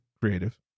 Creative